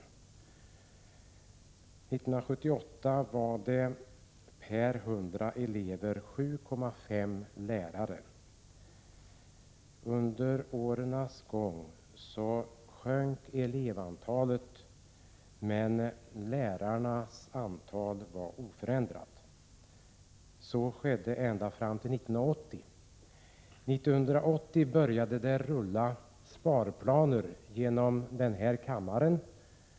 1978 var det 7,5 lärare per 100 elever. Under årens gång sjönk elevantalet, men lärarnas antal var oförändrat. Så var det ända fram till 1980. År 1980 började det rulla sparplaner genom riksdagens kammare.